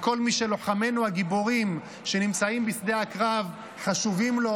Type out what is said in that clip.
מכל מי שלוחמינו הגיבורים שנמצאים בשדה הקרב חשובים לו,